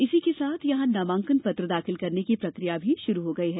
इसी के साथ यहां नामांकन पत्र दाखिल करने की प्रकिया भी शुरू हो गई है